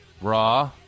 Raw